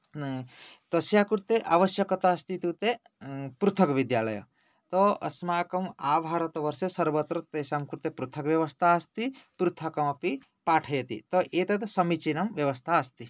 तस्य कृते अवश्यकता अस्ति इत्युक्ते पृथक् विद्यालयः अत अस्माकम् आभरतवर्षं सर्वत्र तेषां कृते पृथग् व्यवस्था अस्ति पृथकपि पाठयति त एतद् समीचीनं व्यवस्था अस्ति